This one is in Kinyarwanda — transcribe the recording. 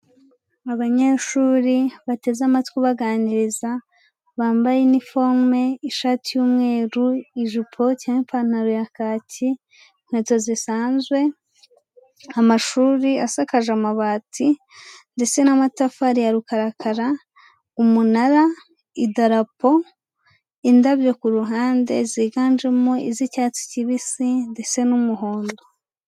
Abanyeshuri bateze amatwi ubaganiriza, bambaye uniforme ishati y'umweru, ijipo cyangwa ipantaro ya kaki, inkweto zisanzwe, amashuri asakaje amabati ndetse n'amatafari ya rukarakara. Umunara, idarapo, indabyo ku ruhande ziganjemo iz'icyatsi kibisi, ndetse n'umuhondo.